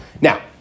Now